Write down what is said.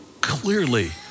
clearly